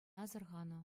асӑрханӑ